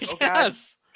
Yes